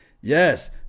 Yes